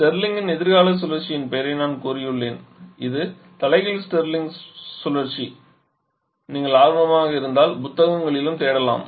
ஸ்டிர்லிங்கின் எதிர்கால சுழற்சியின் பெயரை நான் கூறியுள்ளேன் இது தலைகீழ் ஸ்டார்லிங் சுழற்சி நீங்கள் ஆர்வமாக இருந்தால் புத்தகங்களிலும் தேடலாம்